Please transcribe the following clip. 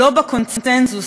לא בקונסנזוס,